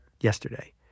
yesterday